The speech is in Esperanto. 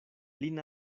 lin